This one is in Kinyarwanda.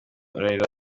urarira